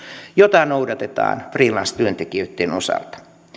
jota noudatetaan freelance työntekijöitten osalta